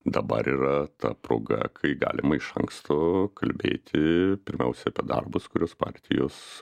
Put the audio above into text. dabar yra ta proga kai galima iš anksto kalbėti pirmiausia apie darbus kuriuos partijos